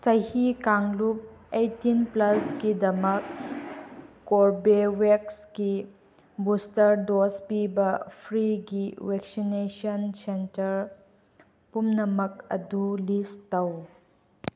ꯆꯍꯤ ꯀꯥꯡꯂꯨꯞ eighteen plus ꯀꯤꯗꯃꯛ ꯀꯣꯔꯕꯦꯕꯦꯛꯁꯒꯤ ꯕꯨꯁꯇꯔ ꯗꯣꯁ ꯄꯤꯕ ꯐ꯭ꯔꯤꯒꯤ ꯚꯦꯛꯁꯤꯅꯦꯁꯟ ꯁꯦꯟꯇꯔ ꯄꯨꯝꯅꯃꯛ ꯑꯗꯨ ꯂꯤꯁ ꯇꯧ